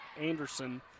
Anderson